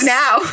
now